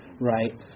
Right